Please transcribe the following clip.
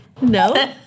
No